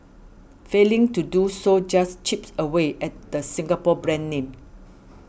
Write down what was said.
failing to do so just chips away at the Singapore brand name